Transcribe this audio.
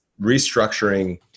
restructuring